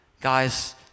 Guys